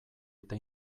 eta